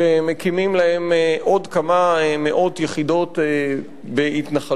שמקימים להם עוד כמה מאות יחידות בהתנחלויות,